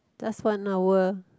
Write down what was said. just one hour